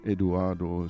Eduardo